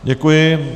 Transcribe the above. Děkuji.